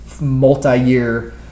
multi-year